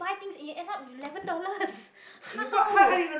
buy things and you end up with eleven dollars how